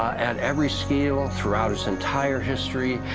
and, every scale, throughout this entire history,